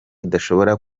idashobora